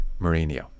Mourinho